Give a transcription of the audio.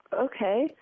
Okay